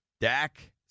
Dak